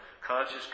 conscious